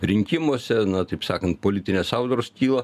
rinkimuose na taip sakant politinės audros kyla